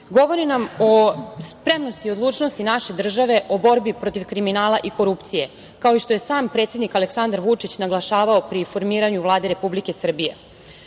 govore nam o spremnosti i odlučnosti naše države, o borbi protiv kriminala i korupcije, kao što je i sam predsednik Aleksandar Vučić naglašavao pri formiranju Vlade Republike